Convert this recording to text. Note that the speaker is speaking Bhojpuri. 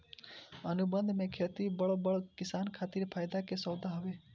अनुबंध पे खेती बड़ बड़ किसान खातिर फायदा के सौदा हवे